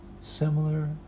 similar